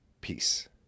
Peace